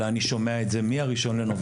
אלא אני שומע את זה מה-1 לנובמבר,